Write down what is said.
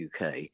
uk